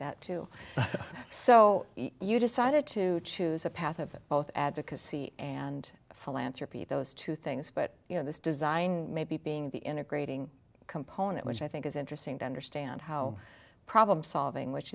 that too so you decided to choose a path of both advocacy and philanthropy those two things but you know this design maybe being the integrating component which i think is interesting to understand how problem solving which